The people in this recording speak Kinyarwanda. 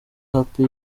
happy